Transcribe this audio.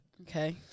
Okay